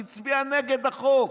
הצביע נגד החוק.